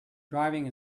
driving